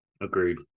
Agreed